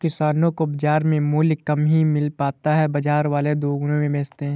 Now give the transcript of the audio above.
किसानो को बाजार में मूल्य कम ही मिल पाता है बाजार वाले दुगुने में बेचते है